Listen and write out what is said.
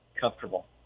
comfortable